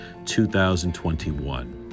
2021